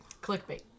Clickbait